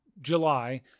July